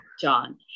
John